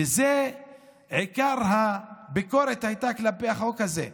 ששם עיקר הביקורת שהייתה כלפי החוק הזה,